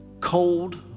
cold